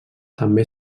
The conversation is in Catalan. també